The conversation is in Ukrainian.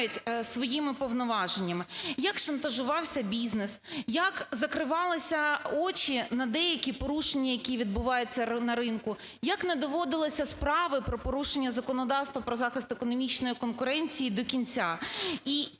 своїми повноваженнями, як шантажувався бізнес, як закривалися очі на деякі порушення, які відбуваються на ринку, як не доводилися справи про порушення законодавства про захист економічної конкуренції до кінця.